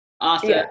awesome